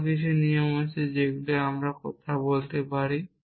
আরো কিছু নিয়ম আছে যেগুলো নিয়ে আমরা কথা বলতে পারি